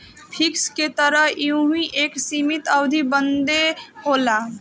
fix के तरह यहू एक सीमित अवधी बदे होला